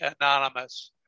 Anonymous